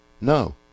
No